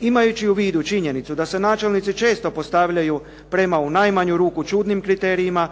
Imajući u vidu činjenicu da se načelnici često postavljaju prema, u najmanju ruku čudnim kriterijima,